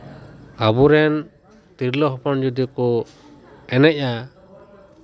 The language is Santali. ᱟᱵᱚ ᱨᱮᱱ ᱛᱤᱨᱞᱟᱹ ᱦᱚᱯᱚᱱ ᱡᱩᱫᱤ ᱠᱚ ᱮᱱᱮᱡᱼᱟ